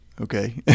okay